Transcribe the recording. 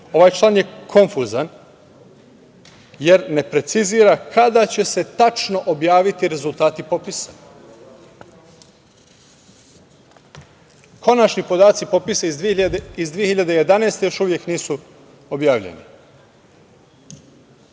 Ovaj član je konfuzan, jer ne precizira kada će se tačno objaviti rezultati popisa. Konačni podaci popisa iz 2011. godine još uvek nisu objavljeni